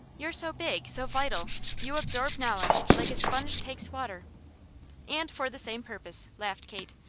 you're so big, so vital you absorb knowledge like a sponge takes water and for the same purpose, laughed kate.